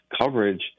coverage